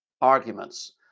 arguments